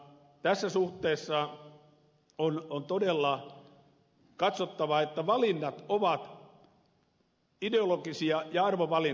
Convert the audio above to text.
tässä suhteessa on todella katsottava että valinnat ovat ideologisia ja arvovalintoja